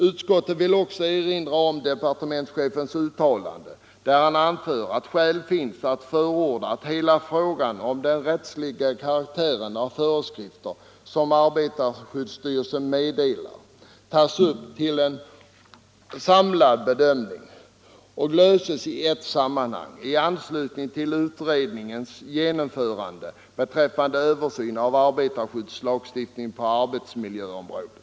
Utskottet vill också erinra om departementschefens uttalande att skäl finns att förorda att hela frågan om den rättsliga karaktären av föreskrifter som arbetarskyddsstyrelsen meddelar tas upp till en samlad bedömning och löses i ett sammanhang i anknytning till utredningens översyn av lagstiftningen på arbetsmiljöområdet.